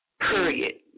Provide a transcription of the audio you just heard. period